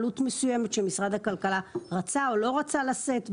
הייתה עלות מסוימת שמשרד הכלכלה רצה או לא רצה לשאת בה.